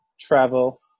travel